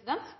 slutt.